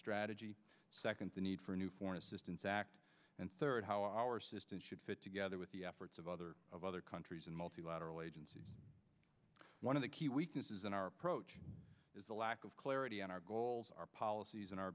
strategy second the need for new foreign assistance and third how our system should fit together with the efforts of other of other countries in multilateral agencies one of the key weaknesses in our approach is the lack of clarity on our goals our policies and our